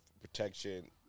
protection